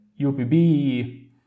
UPB